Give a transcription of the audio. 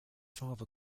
father